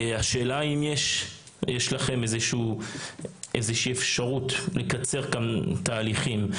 השאלה אם יש לכם איזושהי אפשרות לקצר כאן תהליכים.